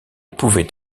pouvaient